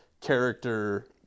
character